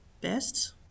best